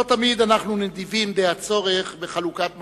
לא תמיד אנחנו נדיבים די הצורך בחלוקת מחמאות,